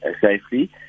safely